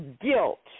guilt